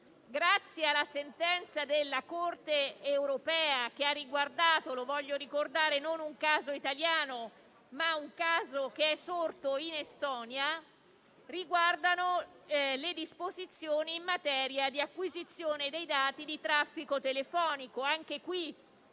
grazie alla sentenza della Corte europea che ha riguardato - lo voglio ricordare - non un caso italiano ma un caso sorto in Estonia, riguardano le disposizioni in materia di acquisizione dei dati di traffico telefonico.